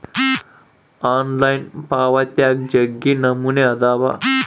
online ಪಾವಾತ್ಯಾಗ ಜಗ್ಗಿ ನಮೂನೆ ಅದಾವ